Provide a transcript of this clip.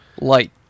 light